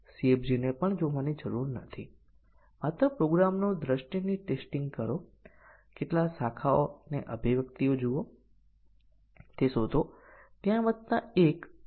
અને આપણે તપાસ કરીશું કે બે માટે આપણે પ્રથમ એટોમિક કન્ડીશન A માટે સ્વતંત્ર મૂલ્યાંકન પ્રાપ્ત કરી શકતા નથી અને ત્રણ સાથે ચોક્કસપણે 1 સાથે